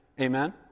Amen